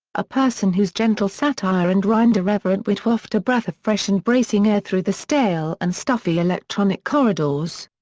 a person whose gentle satire and wry and irreverent wit waft a breath of fresh and bracing air through the stale and stuffy electronic corridors.